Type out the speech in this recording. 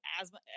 asthma